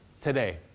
today